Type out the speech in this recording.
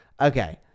Okay